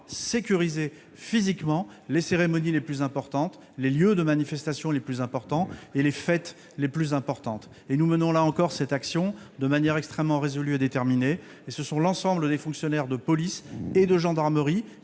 sécuriser physiquement les cérémonies, les lieux de manifestation et les fêtes les plus importants. Nous menons là encore cette action de manière extrêmement résolue et déterminée ; l'ensemble des fonctionnaires de police et de gendarmerie